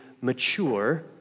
mature